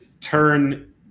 turn